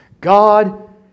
God